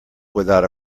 without